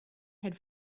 had